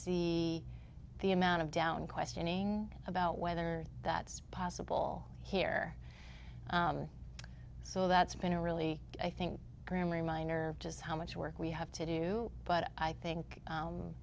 see the amount of down questioning about whether that's possible here so that's been a really i think grammar minor just how much work we have to do but i think